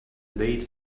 date